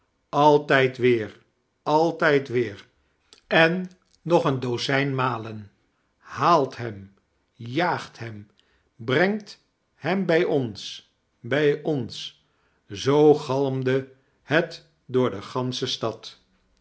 altijd weer altijd weer en nog een dozijn malen haalt hem jaagt hem brengt hem bij ons bij ons zoo gaknde het door de gansche stad